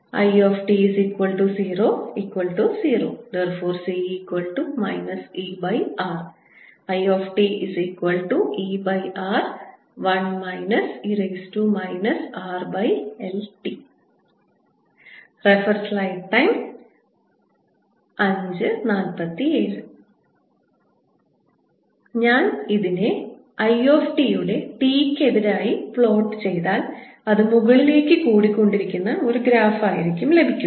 It00 ∴C R ItR ഞാൻ ഇതിനെ I t യെ t യ്ക്ക് എതിരായി പ്ലോട്ട് ചെയ്താൽ അത് മുകളിലേക്ക് കൂടിക്കൊണ്ടിരിക്കുന്ന ഒരു ഗ്രാഫ് ആയിരിക്കും ലഭിക്കുക